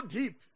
deep